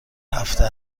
هفته